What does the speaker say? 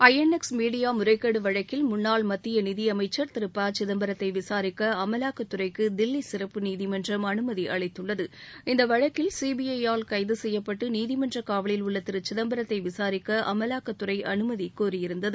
INX media முறைகேடு வழக்கில் முன்னாள் மத்திய நிதியைமச்சர் திரு ப சிதம்பரத்தை விசாரிக்க அமலாக்கத்துறைக்கு தில்லி சிறப்பு நீதிமன்றம் அனுமதி அளித்துள்ளது இந்த வழக்கில் சிபிஐ யால் கைது செய்யப்பட்டு நீதிமன்றக் காவலில் உள்ள திரு சிதம்பரத்தை விசாரிக்க அமலாக்கத்துறை அனுமதி கோரியிருந்தது